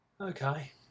Okay